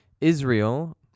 Israel